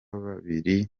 babiri